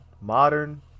modern